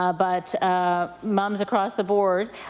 ah but ah moms across the board.